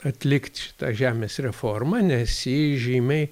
atlikt šitą žemės reformą nes ji žymiai